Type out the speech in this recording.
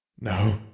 No